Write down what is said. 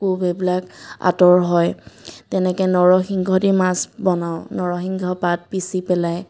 কোপ এইবিলাক আঁতৰ হয় তেনেকৈ নৰসিংহ দি মাছ বনাওঁ নৰসিংহ পাত পিচি পেলাই